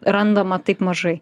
randama taip mažai